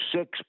six